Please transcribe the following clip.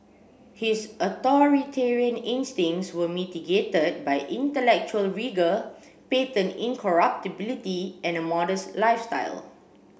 his authoritarian instincts were mitigated by intellectual rigour patent incorruptibility and a modest lifestyle